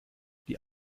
die